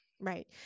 Right